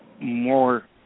more